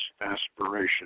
aspiration